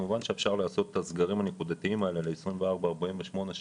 כמובן אפשר לעשות את הסגרים הנקודתיים האלה ל-48-24 שעות,